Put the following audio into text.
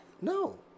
No